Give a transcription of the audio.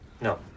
no